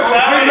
עיסאווי,